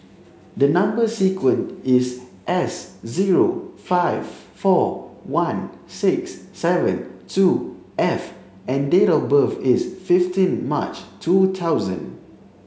number sequence is S zero five four one six seven two F and date of birth is fifteen March two thousand